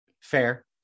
Fair